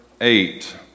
eight